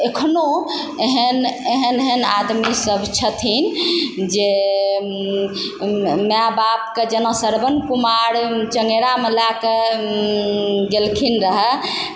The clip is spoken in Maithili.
अखनो एहन एहन आदमीसभ छथिन जे माय बापके जेना श्रवण कुमार चंगेरामे लएके गेलखिन रहे